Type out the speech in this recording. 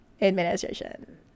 administration